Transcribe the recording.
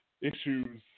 issues